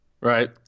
Right